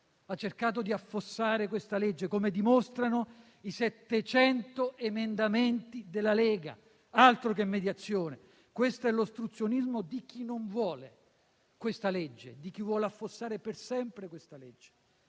ha cercato di affossare questa legge, come dimostrano i 700 emendamenti della Lega. Altro che mediazione. Questo è l'ostruzionismo di chi non vuole questa legge e vuole affossarla per sempre.